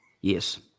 Yes